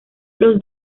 los